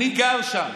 אני גר שם,